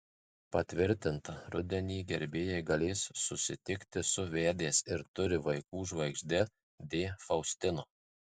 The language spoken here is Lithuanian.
patvirtinta rudenį gerbėjai galės susitikti su vedęs ir turi vaikų žvaigžde d faustino